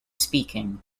speaking